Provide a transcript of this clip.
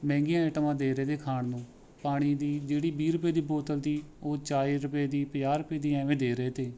ਮਹਿੰਗੀਆਂ ਆਈਟਮਾਂ ਦੇ ਰਹੇ ਤੇ ਖਾਣ ਨੂੰ ਪਾਣੀ ਦੀ ਜਿਹੜੀ ਵੀਹ ਰੁਪਏ ਦੀ ਬੋਤਲ ਤੀ ਉਹ ਚਾਲੀ ਰੁਪਏ ਦੀ ਪੰਜਾਹ ਰੁਪਏ ਦੀ ਇਵੇਂ ਦੇ ਰਹੇ ਤੇ